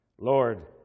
Lord